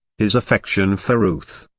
his affection for ruth.